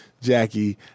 Jackie